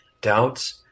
doubts